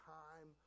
time